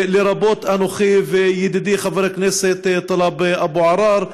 לרבות אנוכי וידידי חבר הכנסת טלב אבו עראר.